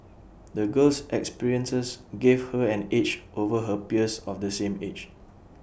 the girl's experiences gave her an edge over her peers of the same age